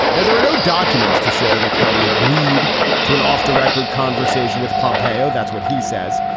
now, there are no documents to show that kelly agreed to an off the record conversation with pompeo. that's what he says.